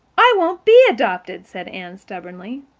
i won't be adopted, said anne stubbornly.